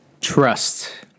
Trust